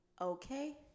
Okay